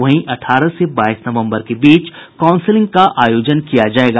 वहीं अठारह से बाईस नवम्बर के बीच काउंसिलिंग का आयोजन किया जायेगा